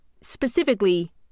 specifically